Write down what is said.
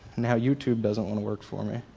now youtube doesn't want to work for me.